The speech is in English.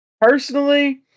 Personally